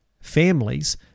families